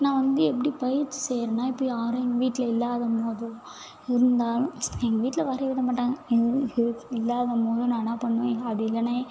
நான் வந்து எப்படி பயிற்சி செய்கிறேன்னா இப்போ யாரும் எங்கள் வீட்டில் இல்லாதபோது இருந்தால் எங்கள் வீட்டில் வரையை விட மாட்டாங்க எங்கள் வீட்டில் இல்லாதபோது நான் என்ன பண்ணுவேன் அப்படி இல்லைன்னா